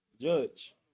Judge